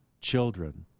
children